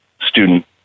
student